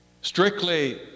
strictly